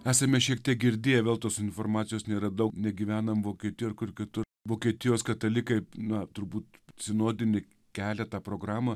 esame šiek tiek girdėję vėl tos informacijos nėra daug negyvenam vokietijoj sr kur kitur vokietijos katalikai na turbūt sinodinį kelia tą programą